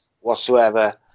whatsoever